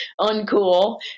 uncool